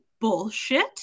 bullshit